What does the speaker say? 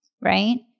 right